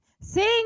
Sing